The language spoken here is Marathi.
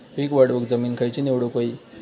पीक वाढवूक जमीन खैची निवडुक हवी?